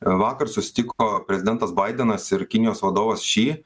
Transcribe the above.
vakar susitiko prezidentas baidenas ir kinijos vadovas ši